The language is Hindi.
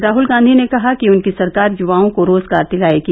राहुल गांधी ने कहा कि उनकी सरकार युवाओं को रोजगार दिलायेगी